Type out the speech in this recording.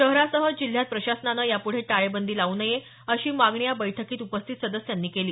शहरासह जिल्ह्यात प्रशासनानं यापुढे टाळेबंदी लावू नये अशी मागणी या बैठकीत उपस्थित सदस्यांनी केली